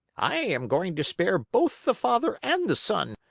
i am going to spare both the father and the son.